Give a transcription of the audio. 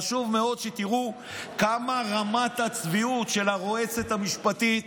חשוב מאוד שתראו את רמת הצביעות של הרועצת המשפטית,